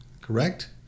correct